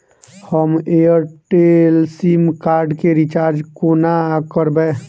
हम Airtel SIM card केँ recharge कोना करबै?